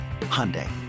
Hyundai